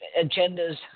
agendas